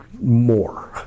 more